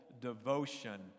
devotion